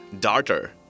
Darter